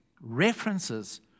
references